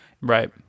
Right